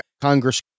Congress